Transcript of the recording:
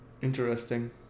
Interesting